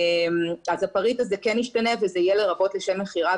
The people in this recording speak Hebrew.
אז הפריט הזה כן ישתנה וזה יהיה 'לרבות לשם מכירה'